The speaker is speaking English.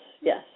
yes